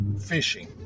fishing